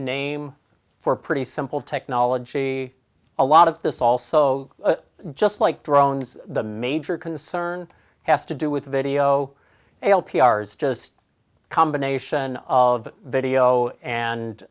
name for pretty simple technology a lot of this also just like drones the major concern has to do with video l p r it's just a combination of video and